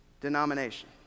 denomination